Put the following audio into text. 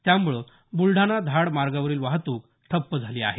त्यामुळे बुलडाणा धाड मार्गावरील वाहतूक ठप्प झाली आहे